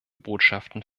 botschaften